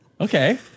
Okay